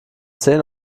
zehn